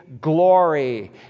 glory